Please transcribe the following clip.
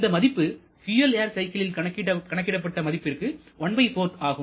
இந்த மதிப்பு fuel air சைக்கிளில் கணக்கிடப்பட்ட மதிப்பிற்கு ¼ ஆகும்